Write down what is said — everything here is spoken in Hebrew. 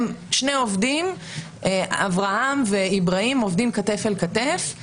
הם שני עובדים, אברהם ואיברהים עובדים כתף אל כתף,